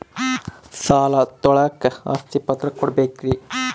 ಸಾಲ ತೋಳಕ್ಕೆ ಆಸ್ತಿ ಪತ್ರ ಕೊಡಬೇಕರಿ?